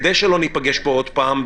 כדי שלא ניפגש פה עוד פעם,